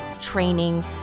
training